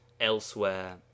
elsewhere